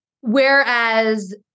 whereas